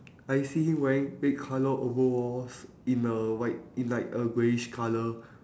I see him wearing red colour overalls in a white in like a greyish colour